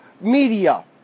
media